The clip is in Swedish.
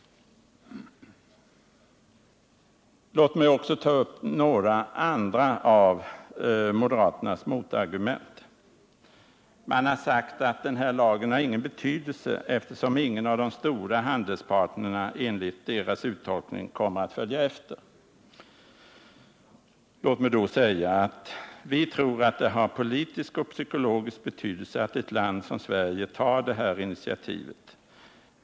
Låt mig också ta upp några av moderaternas andra motargument. Man har sagt att denna lag inte kommer att få någon betydelse, eftersom ingen av de stora handelspartnerna, enligt moderaternas uttolkning, kommer att följa efter. Vi tror att det är av politisk och psykologisk betydelse att ett land som Sverige tar detta intiativ.